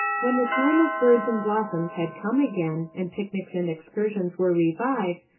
when the time of birds and blossoms had come again, and picnics and excursions were revived,